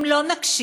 אם לא נקשיב